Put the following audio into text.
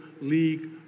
League